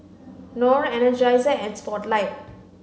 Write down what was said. Knorr Energizer and Spotlight